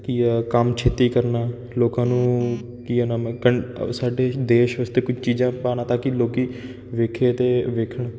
ਕੀ ਆ ਕੰਮ ਛੇਤੀ ਕਰਨਾ ਲੋਕਾਂ ਨੂੰ ਕੀ ਏ ਨਾਮ ਹੈ ਸਾਡੇ ਦੇਸ਼ ਵਾਸਤੇ ਕੁਝ ਚੀਜ਼ਾਂ ਪਾਉਣਾ ਤਾਂ ਕੀ ਲੋਕ ਵੇਖੇ ਅਤੇ ਵੇਖਣ